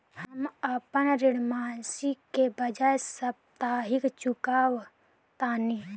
हम अपन ऋण मासिक के बजाय साप्ताहिक चुकावतानी